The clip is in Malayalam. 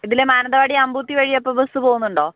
ഇതിലേ മാനന്തവാടി അമ്പുതി വഴി ഒക്കെ ബസ് പോകുന്നുണ്ടോ